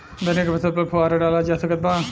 धनिया के फसल पर फुहारा डाला जा सकत बा?